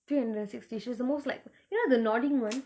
three hundred and sixty she's the most liked you know the nodding one